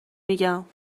میگم